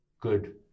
good